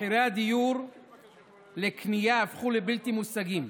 מחירי הדיור לקנייה הפכו לבלתי מושגים,